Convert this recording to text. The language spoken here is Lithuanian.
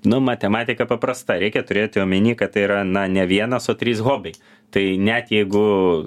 nu matematika paprasta reikia turėti omeny kad tai yra na ne vienas o trys hobiai tai net jeigu